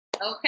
Okay